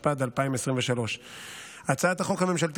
התשפ"ד 2023. הצעת החוק הממשלתית,